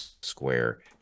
square